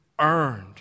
earned